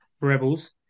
Rebels